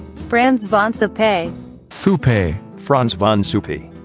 franz von so pay to pay franz von soupy.